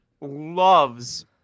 loves